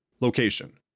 Location